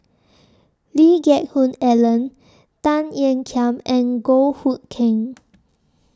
Lee Geck Hoon Ellen Tan Ean Kiam and Goh Hood Keng